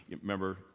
remember